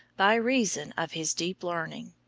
by reason of his deep learning.